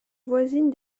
voisine